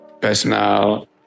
personal